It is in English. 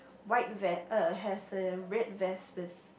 white vest has a red vest with